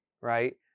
right